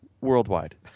worldwide